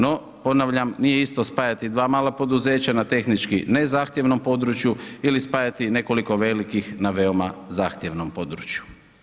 No, ponavljam, nije isto spajati dva mala poduzeća na tehnički ne zahtjevnom području ili spajati nekoliko velikih na veoma zahtjevnom području.